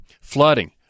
Flooding